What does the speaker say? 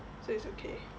so it's okay